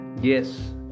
Yes